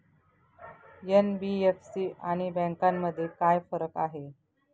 NBFC आणि बँकांमध्ये काय फरक आहे?